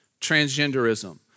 transgenderism